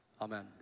amen